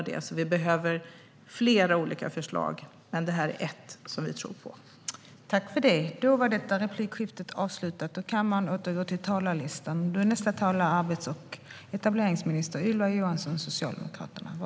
Det behövs flera olika förslag, varav det här är ett som vi tror på.